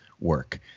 work